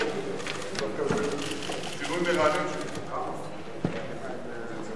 אני רק רוצה,